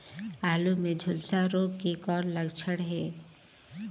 आलू मे झुलसा रोग के कौन लक्षण हे?